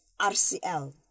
RCL